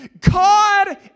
God